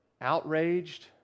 outraged